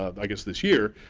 i guess, this year,